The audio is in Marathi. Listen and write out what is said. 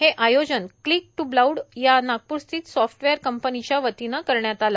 हे आयोजन क्लिक ट् ब्लाऊड या नागप्रस्थित साफ्टवेअर कंपनीच्या वतीनं करण्यात आलं